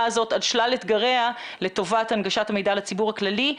הזאת על שלל אתגריה לטובת הנגשת המידע לציבור הכללי.